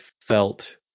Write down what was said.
felt